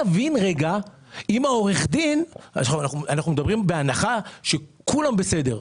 אנחנו מדברים בהנחה שכולם בסדר.